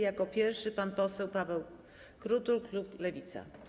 Jako pierwszy pan poseł Paweł Krutul, klub Lewica.